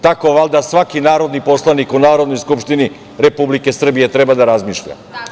Tako valjda svaki narodni poslanik u Narodnoj skupštini Republike Srbije treba da razmišlja.